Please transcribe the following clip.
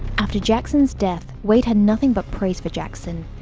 after jackson's death, wade had nothing but praise for jackson.